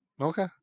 Okay